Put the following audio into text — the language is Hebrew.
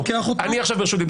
אני עכשיו ברשות דיבור.